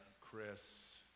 Chris